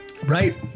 Right